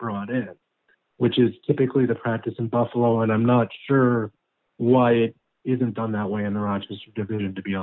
brought in which is typically the practice in buffalo and i'm not sure why it isn't done that way in the rochester division to be